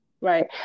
Right